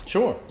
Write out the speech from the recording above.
Sure